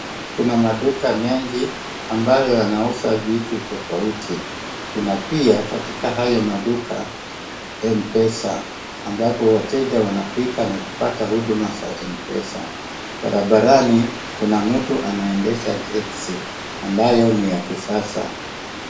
Kuna maduka mengi ambayo yanauza vitu tofauti. Kuna pia katika hayo maduka mpesa ambapo wateja wanafika na kupata huduma za mpesa. Barabarani kuna mtu anaendesha texi ambayo ni ya kisasa.